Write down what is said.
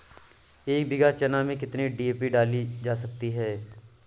एक बीघा चना में कितनी डी.ए.पी डाली जा सकती है?